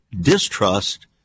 distrust